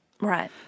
Right